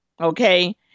okay